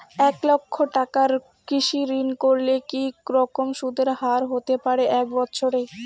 এক লক্ষ টাকার কৃষি ঋণ করলে কি রকম সুদের হারহতে পারে এক বৎসরে?